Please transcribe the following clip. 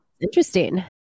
Interesting